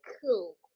Cool